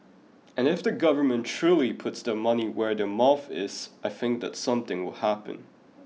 and if the government truly puts the money where their mouth is I think that something will happen